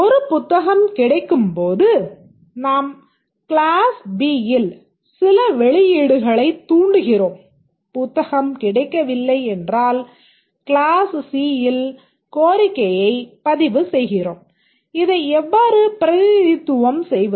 ஒரு புத்தகம் கிடைகும்போது நாம் க்ளாஸ் B யில் சில வெளியீடுகளைத் தூண்டுகிறோம் புத்தகம் கிடைக்கவில்லை என்றால் கிளாஸ் C இல் கோரிக்கையைப் பதிவுசெய்கிறோம் இதை எவ்வாறு பிரதிநிதித்துவம் செய்வது